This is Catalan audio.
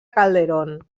calderón